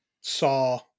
saw